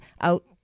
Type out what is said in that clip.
out